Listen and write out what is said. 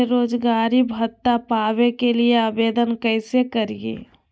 बेरोजगारी भत्ता पावे के लिए आवेदन कैसे करियय?